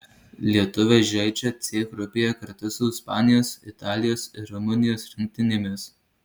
lietuviai žaidžia c grupėje kartu su ispanijos italijos ir rumunijos rinktinėmis